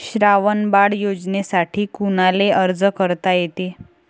श्रावण बाळ योजनेसाठी कुनाले अर्ज करता येते?